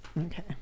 Okay